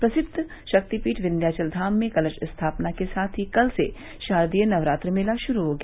प्रसिद्ध शक्तिपीठ विन्ध्यावलधाम में कलश स्थापना के साथ ही कल से शारदीय नवरात्र मेला शुरू हो गया